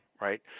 right